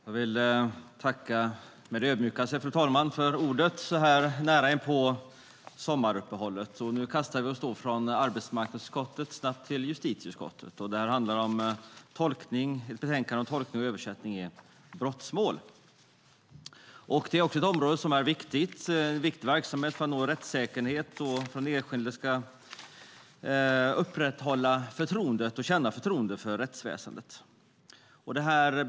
Fru talman! Jag tackar ödmjukast för ordet så här nära inpå sommaruppehållet. Nu kastar vi oss snabbt från arbetsmarknadsutskottet till justitieutskottet, där det handlar om ett betänkande om tolkning och översättning i brottmål, ett viktigt område. Det är en viktig verksamhet för att nå rättssäkerhet och för att den enskilde ska känna förtroende för rättsväsendet och upprätthålla det.